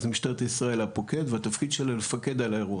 אז משטרת ישראל הפוקד והתפקיד שלה לפקד על האירוע.